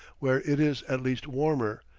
where it is at least warmer,